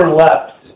left